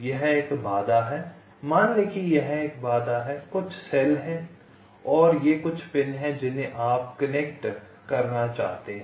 यह एक बाधा है मान लें कि यह एक बाधा है कुछ सेल हैं और ये कुछ पिन हैं जिन्हें आप कनेक्ट करना चाहते हैं